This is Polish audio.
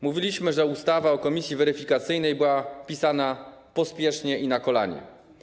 Mówiliśmy, że ustawa o komisji weryfikacyjnej była pisana pospiesznie i na kolanie.